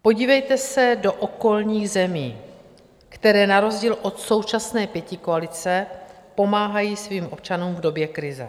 Podívejte se do okolních zemí, které na rozdíl od současné pětikoalice pomáhají svým občanům v době krize.